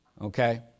Okay